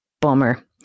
bummer